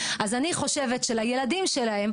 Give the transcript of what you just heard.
אז אני חושבת שלילדים שלהם,